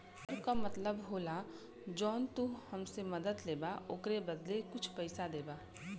कर का मतलब होला जौन तू हमरा से मदद लेबा ओकरे बदले कुछ पइसा देबा